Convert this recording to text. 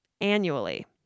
annually